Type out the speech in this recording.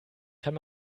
kann